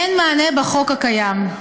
אין מענה בחוק הקיים.